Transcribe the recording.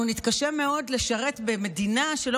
אנחנו נתקשה מאוד לשרת במדינה שלא